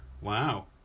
Wow